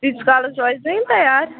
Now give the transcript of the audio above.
تیٖتِس کالَس روزِنا یِم تَیار